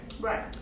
Right